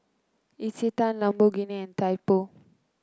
Isetan Lamborghini and Typo